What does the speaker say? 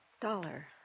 Dollar